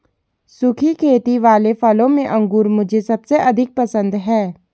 सुखी खेती वाले फलों में अंगूर मुझे सबसे अधिक पसंद है